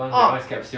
orh